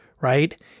right